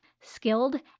skilled